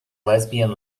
lesbian